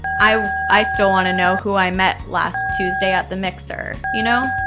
i i still want to know who i met last tuesday at the mixer, you know?